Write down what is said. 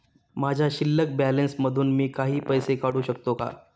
माझ्या शिल्लक बॅलन्स मधून मी काही पैसे काढू शकतो का?